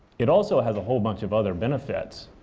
it also has a whole bunch of other benefits,